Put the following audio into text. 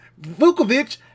Vukovic